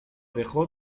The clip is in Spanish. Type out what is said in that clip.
dejó